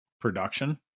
production